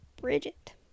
Bridget